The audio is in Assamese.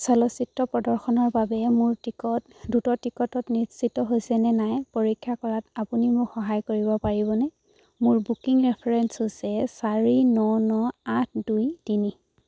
চলচ্চিত্ৰ প্ৰদৰ্শনৰ বাবে মোৰ টিকট দ্ৰুত টিকটত নিশ্চিত হৈছে নে নাই পৰীক্ষা কৰাত আপুনি মোক সহায় কৰিব পাৰিবনে মোৰ বুকিং ৰেফাৰেন্স হৈছে চাৰি ন ন আঠ দুই তিনি